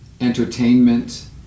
entertainment